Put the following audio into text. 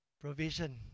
provision